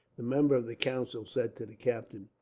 the member of the council, said to the captain.